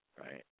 right